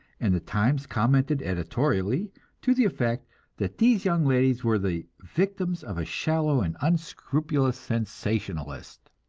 and the times commented editorially to the effect that these young ladies were the victims of a shallow and unscrupulous sensationalist.